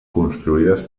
construïdes